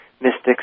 mystics